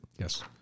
yes